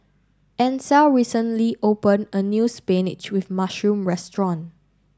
Ansel recently opened a new Spinach with Mushroom Restaurant